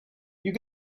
you